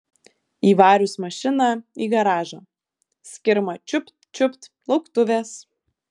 įvarius mašiną į garažą skirma čiupt čiupt lauktuvės